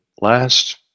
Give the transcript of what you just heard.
last